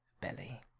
belly